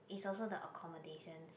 is also the accommodations